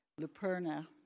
Luperna